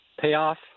payoff